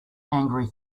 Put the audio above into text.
angry